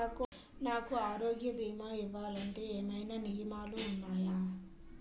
నాకు ఆరోగ్య భీమా ఇవ్వాలంటే ఏమైనా నియమాలు వున్నాయా?